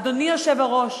אדוני היושב-ראש,